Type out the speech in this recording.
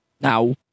Now